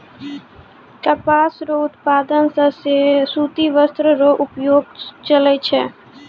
कपास रो उप्तादन से सूती वस्त्र रो उद्योग चलै छै